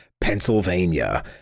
Pennsylvania